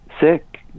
sick